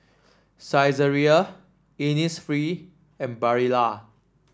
Saizeriya Innisfree and Barilla